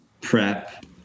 prep